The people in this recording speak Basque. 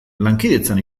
lankidetzan